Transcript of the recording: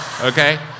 Okay